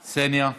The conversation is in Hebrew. קסניה,